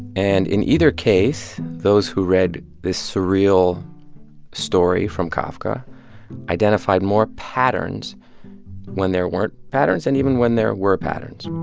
and in either case, those who read the surreal story from kafka identified more patterns when there weren't patterns and even when there were patterns